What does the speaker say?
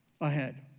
ahead